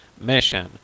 mission